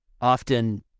Often